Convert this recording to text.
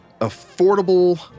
affordable